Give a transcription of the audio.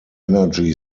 energy